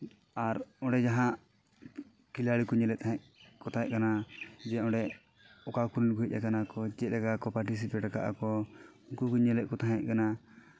ᱟᱨ ᱚᱸᱰᱮ ᱡᱟᱦᱟᱸ ᱠᱷᱤᱞᱟᱲᱤ ᱠᱚ ᱧᱮᱞᱮᱜ ᱠᱚ ᱛᱟᱦᱮᱸᱫ ᱠᱟᱱᱟ ᱡᱮ ᱚᱸᱰᱮ ᱚᱠᱟ ᱠᱚᱨᱮᱱ ᱠᱚ ᱦᱮᱡ ᱠᱟᱱᱟ ᱠᱚ ᱪᱮᱫᱠᱟ ᱠᱚ ᱯᱟᱨᱴᱤᱥᱤᱯᱮᱴ ᱟᱠᱟᱜ ᱠᱚ ᱩᱱᱠᱩ ᱠᱚ ᱧᱮᱞᱮᱫ ᱠᱚ ᱛᱟᱦᱮᱸ ᱠᱟᱱᱟ